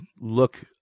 look